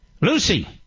Lucy